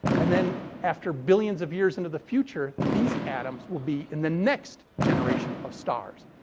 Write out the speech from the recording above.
and then, after billions of years into the future, these atoms will be in the next generation of stars.